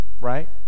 right